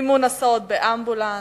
מימון הסעות באמבולנס,